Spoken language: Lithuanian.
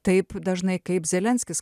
taip dažnai kaip zelenskis